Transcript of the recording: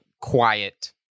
quiet